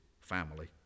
family